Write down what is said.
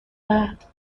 بعد